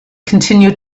continue